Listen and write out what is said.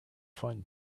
fun